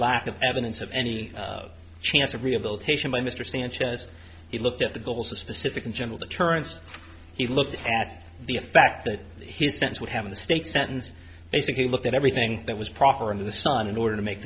lack of evidence of any chance of rehabilitation by mr sanchez he looked at the goals of specific and general deterrence he looked at the effect that his stance would have in the state's sentence basically looked at everything that was proper in the sun in order to make